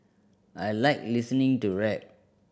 I like listening to rap